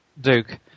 Duke